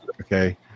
Okay